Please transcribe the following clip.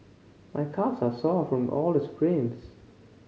my calves are sore from all the sprints